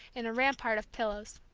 in a rampart of pillows.